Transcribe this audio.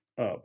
up